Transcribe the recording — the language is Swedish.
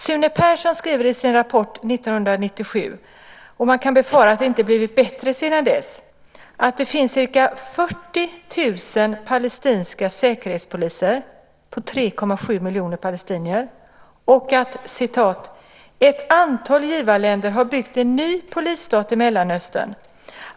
Sune Persson skriver i sin rapport 1997, och man kan befara att det inte blivit bättre sedan dess, att det finns ca 40 000 palestinska säkerhetspoliser på 3,7 miljoner palestinier, och att ett antal givarländer byggt en ny polisstat i Mellanöstern.